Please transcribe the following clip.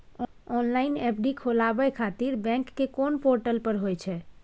Online FD खोलाबय खातिर bank के कोन पोर्टल पर होए छै?